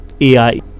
AI